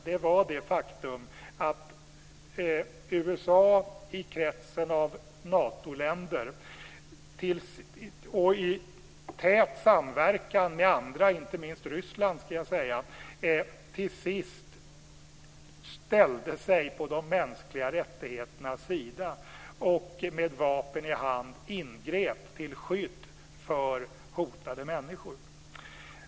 Det var det faktum att USA i kretsen av Natoländer, och i tät samverkan med andra länder, inte minst Ryssland, till sist ställde sig på de mänskliga rättigheternas sida och med vapen i hand ingrep till skydd för hotade människor.